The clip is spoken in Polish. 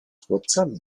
chłopcami